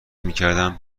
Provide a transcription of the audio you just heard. میکردم